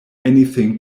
anything